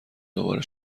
دوباره